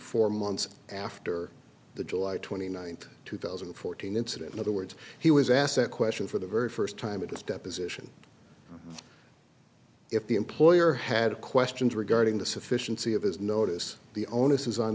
four months after the july twenty ninth two thousand and fourteen incident in other words he was asked that question for the very first time in his deposition if the employer had a question regarding the sufficiency of his notice the onus is on